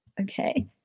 Okay